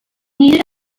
needed